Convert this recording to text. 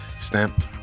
Stamp